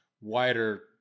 wider